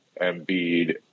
Embiid